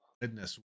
Goodness